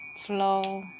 flow